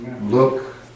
Look